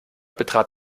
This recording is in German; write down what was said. betrat